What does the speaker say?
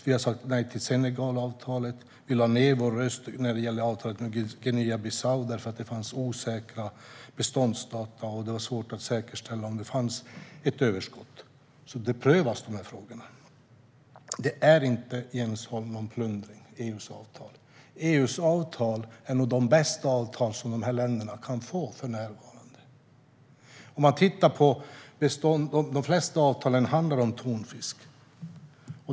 Vi har sagt nej till avtalet med Senegal. Vi lade ned vår röst när det gällde avtalet med Guinea-Bissau därför att det fanns osäkra beståndsdata och det var svårt att säkerställa om det fanns ett överskott. De frågorna prövas. EU:s avtal är inte någon plundring, Jens Holm. EU:s avtal är nog de bästa avtal som de länderna kan få för närvarande. De flesta avtalen handlar om tonfisk.